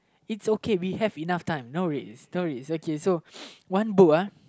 it's okay we have enough time no worries no worries okay so one book ah